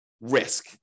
risk